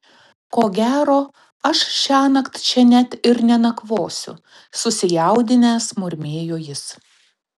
ko gero aš šiąnakt čia net ir nakvosiu susijaudinęs murmėjo jis